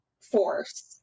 force